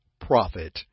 profit